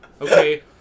Okay